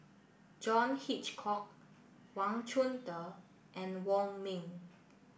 John Hitchcock Wang Chunde and Wong Ming